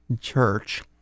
Church